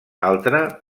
altre